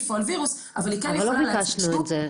או על וירוס -- אבל לא ביקשנו את זה,